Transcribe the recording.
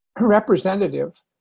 representative